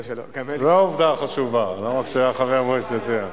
זו העובדה החשובה, לא זה שהוא היה חבר מועצת עיר.